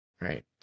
Right